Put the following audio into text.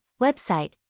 website